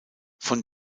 von